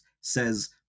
says